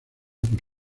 por